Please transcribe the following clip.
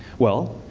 well,